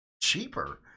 cheaper